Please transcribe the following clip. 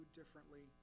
differently